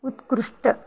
उत्कृष्ट